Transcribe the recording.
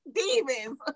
demons